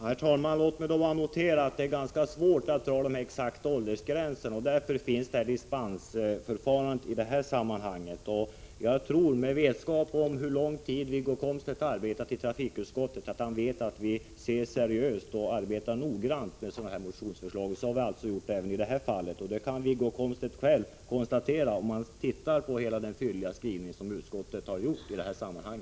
Herr talman! Låt mig bara notera att det är ganska svårt att dra exakta åldersgränser. Därför finns dispensförfarandet i det här sammanhanget. Jag tror, med vetskap om hur lång tid Wiggo Komstedt har arbetat i trafikutskottet, att han vet att vi ser seriöst på och arbetar noggrant med sådana här motionsförslag. Så har vi också gjort i det här fallet. Det kan Wiggo Komstedt själv konstatera om han läser hela den fylliga skrivning som utskottet har gjort i detta sammanhang.